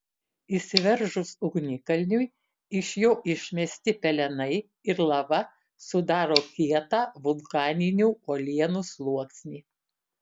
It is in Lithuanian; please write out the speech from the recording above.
išsiveržus ugnikalniui iš jo išmesti pelenai ir lava sudaro kietą vulkaninių uolienų sluoksnį